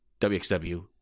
WXW